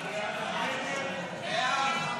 סעיפים 1 2, כהצעת